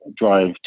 drive